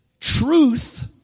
Truth